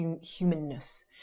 humanness